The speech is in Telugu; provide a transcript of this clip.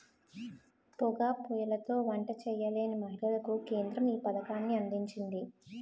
పోగా పోయ్యిలతో వంట చేయలేని మహిళలకు కేంద్రం ఈ పథకాన్ని అందించింది